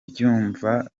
mbyumva